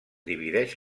divideix